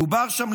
מדובר שם,